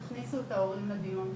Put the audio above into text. תכניסו את ההורים לדיון,